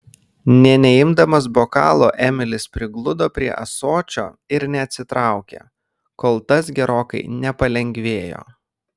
nė neimdamas bokalo emilis prigludo prie ąsočio ir neatsitraukė kol tas gerokai nepalengvėjo